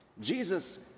Jesus